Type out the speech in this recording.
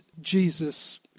Jesus